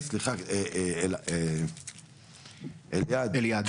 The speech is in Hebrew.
סליחה, אליעד.